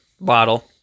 bottle